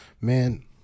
man